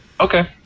Okay